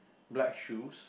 black shoes